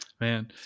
Man